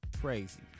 crazy